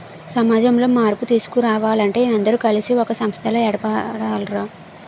సమాజంలో మార్పు తీసుకురావాలంటే అందరూ కలిసి ఒక సంస్థలా ఏర్పడాలి రా